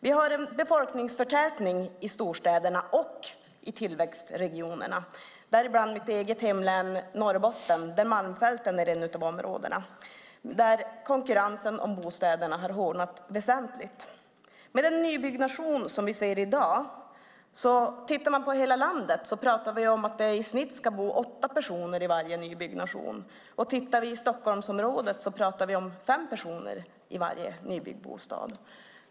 Vi har en befolkningsförtätning i storstäderna och i tillväxtregionerna däribland i mitt eget hemlän Norrbotten där Malmfälten är en av regionerna. Där har konkurrensen om bostäderna hårdnat väsentligt. Om man tittar på hela landet ska det med den nybyggnation som sker i dag i snitt bo åtta personer i varje nybyggnation. Om vi talar om Stockholmsområdet är det fem personer i varje nybyggd bostad.